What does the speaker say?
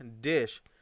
dish